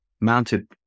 mounted